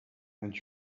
and